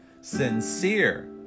sincere